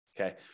Okay